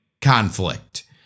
conflict